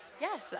yes